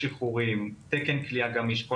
לפי ההערכות של שב"ס בסוף 2023. כמה